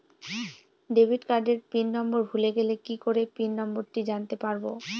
Debit কার্ডের PIN number ভুলে গেলে কি করে পিন নম্বরটি জানতে পারবো?